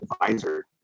advisor